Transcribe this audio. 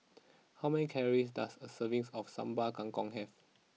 how many calories does a servings of Sambal Kangkong have